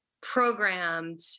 programmed